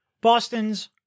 Boston's